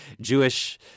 Jewish